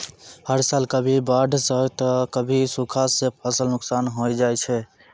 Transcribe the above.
हर साल कभी बाढ़ सॅ त कभी सूखा सॅ फसल नुकसान होय जाय छै